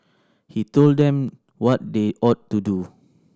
he told them what they ought to do